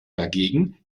dagegen